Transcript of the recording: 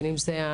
למשל,